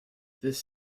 this